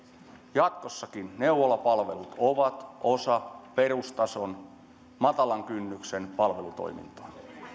jatkossakin neuvolapalvelut ovat osa perustason matalan kynnyksen palvelutoimintaa